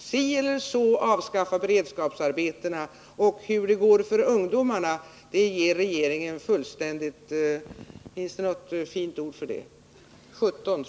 så eller så avskaffa beredskapsarbetena? Och hur det går för ungdomarna, det menar Anna-Greta Leijon att regeringen ger fullständigt — finns det något fint ord i det sammanhanget?